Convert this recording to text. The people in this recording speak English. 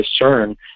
discern